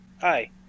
Hi